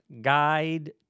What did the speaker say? Guide